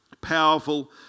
powerful